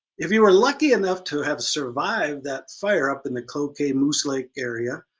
if you were lucky enough to have survived that fire up in the cloquet-moose lake area,